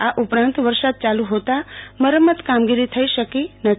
આ ઉપરાંત વરસાદ ચાલુ હોતાં મરંમત કામગીરી થઈ શકી નથી